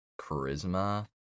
charisma